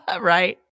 Right